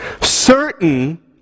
Certain